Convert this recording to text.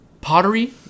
pottery